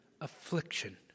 affliction